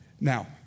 Now